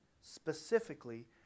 specifically